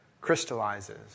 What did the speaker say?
crystallizes